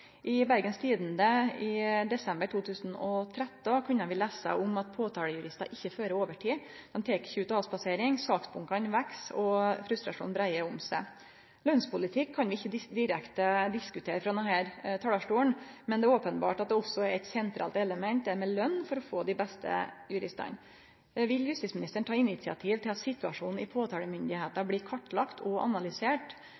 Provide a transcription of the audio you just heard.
I Bergens Tidende i desember 2013 kunne vi lese at påtalejuristar ikkje fører opp overtid. Ein tek ikkje ut avspasering, saksbunkane veks og frustrasjonen breier om seg. Lønnspolitikk kan vi ikkje diskutere direkte her frå talarstolen, men eit sentralt element er openbert lønn for å få dei beste juristane. Vil justisministeren ta initiativ til at situasjonen i